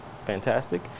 fantastic